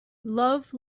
love